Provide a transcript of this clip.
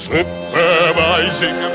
Supervising